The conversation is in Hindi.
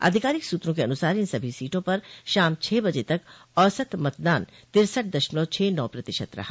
आधिकारिक सूत्रों के अनुसार इन सभी सीटों पर शाम छह बजे तक औसत मतदान तिरसठ दशमलव छह नौ प्रतिशत रहा